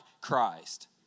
Christ